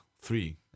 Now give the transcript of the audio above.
three